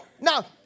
Now